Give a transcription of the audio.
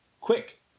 Quick